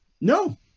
No